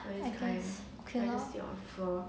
I guess okay lor